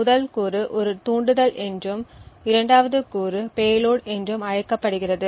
முதல் கூறு ஒரு தூண்டுதல் என்றும் இரண்டாவது கூறு பேலோட் என்றும் அழைக்கப்படுகிறது